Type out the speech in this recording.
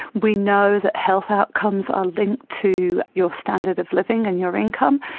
we know that health outcomes are linked to your standard of living and your income.